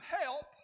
help